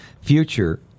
future